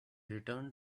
returned